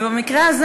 במקרה הזה,